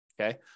Okay